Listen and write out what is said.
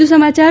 વધુ સમાચાર